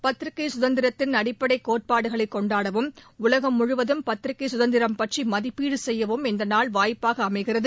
பத்திரிகை சுதந்திரத்தின் அடிப்படை கோட்பாடுகளை கொண்டாடவும் உலகம் முழுவதும் பத்திரிகை சுதந்திரம் பற்றி மதிப்பீடு செய்யவும் இந்தநாள் வாய்ப்பாக அமைகிறது